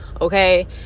okay